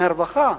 מהרווחה?